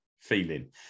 feeling